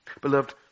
Beloved